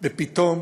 ופתאום